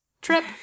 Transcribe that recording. trip